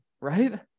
right